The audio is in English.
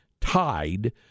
tied